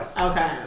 Okay